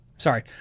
sorry